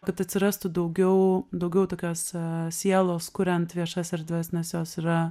kad atsirastų daugiau daugiau tokios sielos kuriant viešas erdves nes jos yra